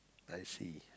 I see